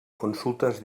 consultes